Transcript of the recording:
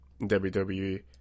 WWE